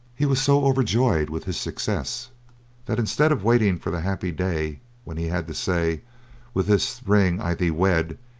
he was so overjoyed with his success that instead of waiting for the happy day when he had to say with this ring i thee wed,